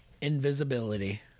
invisibility